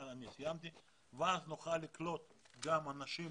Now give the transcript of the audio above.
נוכל לקלוט גם אנשים